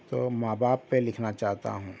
تو ماں باپ پہ لکھنا چاہتا ہوں